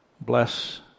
Bless